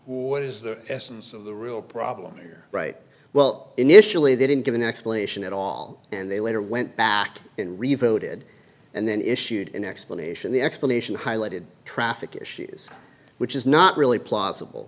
is the essence of the real problem here right well initially they didn't give an explanation at all and they later went back and rebooted and then issued an explanation the explanation highlighted traffic issues which is not really plausible